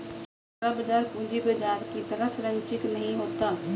मुद्रा बाजार पूंजी बाजार की तरह सरंचिक नहीं होता